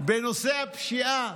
בנושא הפשיעה